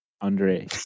Andre